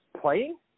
playing